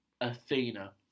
Athena